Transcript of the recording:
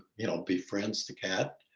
you know, befriends to cat.